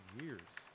years